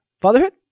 Fatherhood